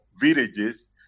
villages